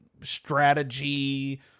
strategy